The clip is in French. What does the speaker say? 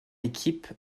équipe